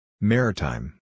Maritime